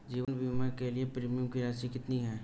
जीवन बीमा के लिए प्रीमियम की राशि कितनी है?